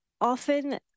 often